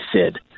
Sid